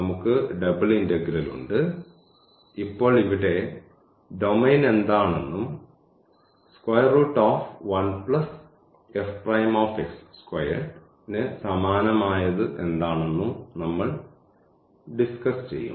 നമ്മൾക്ക് double integral ഉണ്ട് ഇപ്പോൾ ഇവിടെ ഡൊമെയ്ൻ എന്താണെന്നും ന് സമാനമായതു എന്താണെന്നും നമ്മൾ ഡിസ്കസ് ചെയ്യും